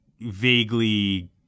vaguely